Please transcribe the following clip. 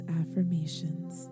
affirmations